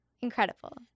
Incredible